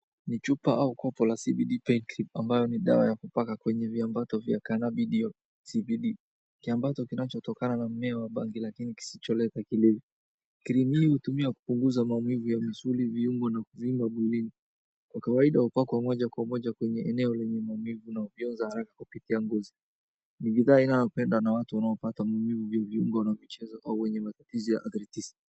Ni chupa au kopo la CBD Pain Cream ambayo ni dawa ya kupaka kwenye viambato vya Cannabinoils CBD. Kiambato kinachotokana na mmea wa bangi lakini kisicholeta kilevi. Kirimu hii hutumiwa kupunguza maumivu ya misuli, viungo na kuvimba mwilini. Kwa kawaida hupakwa moja kwa moja kwenye eneo lenye maumivu na hufyonza haraka kupitia ngozi. Ni bidhaa inayopendwa sana na watu wanaopata maumivu vya viungo na kucheza, au wenye maambukizi ya arthritis